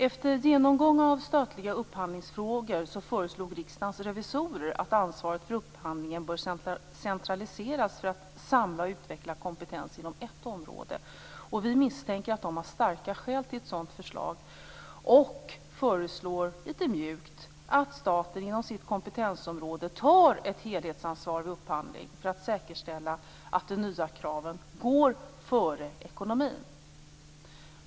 Efter genomgång av statliga upphandlingsfrågor föreslog Riksdagens revisorer att ansvaret för upphandlingen bör centraliseras för att samla och utveckla kompetens inom ett område. Vi misstänker att de har starka skäl till ett sådant förslag och föreslår därför litet mjukt att staten inom sitt kompetensområde tar ett helhetsansvar vid upphandling för att säkerställa att de nya kraven går före ekonomin.